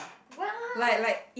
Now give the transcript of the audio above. !wow!